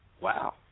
Wow